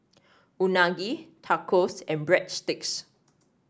Unagi Tacos and Breadsticks